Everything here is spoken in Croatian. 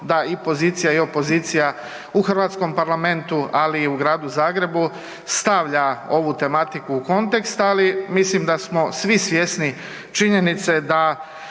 da i pozicija i opozicija u hrvatskom parlamentu ali i u Gradu Zagrebu stavlja ovu tematiku u kontekst, ali mislim da smo svi svjesni činjenice da